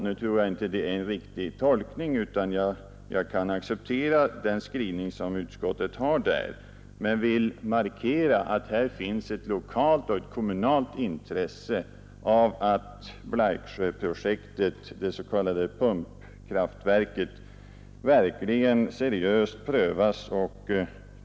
Nu tror jag inte att det är en riktig tolkning, utan jag kan acceptera den skrivning som utskottet har på den punkten, men jag vill markera att här finns ett lokalt och ett kommunalt intresse av att Blaiksjöprojektet, det s.k. pumpkraftverket, verkligen prövas seriöst.